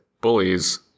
bullies